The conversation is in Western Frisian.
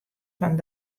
fan